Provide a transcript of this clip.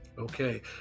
Okay